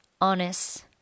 honest